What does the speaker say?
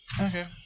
Okay